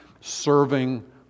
serving